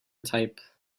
type